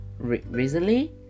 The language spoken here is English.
Recently